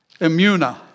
immuna